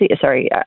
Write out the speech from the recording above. sorry